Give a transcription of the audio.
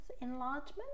enlargement